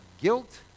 guilt